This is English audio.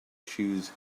shoes